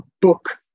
book